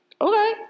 okay